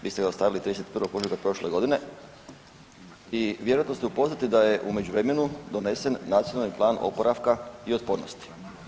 Vi ste ga dostavili 31. ožujka prošle godine i vjerojatno ste upoznati da je u međuvremenu donesen Nacionalni plan oporavka i otpornosti.